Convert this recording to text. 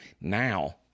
now